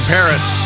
Paris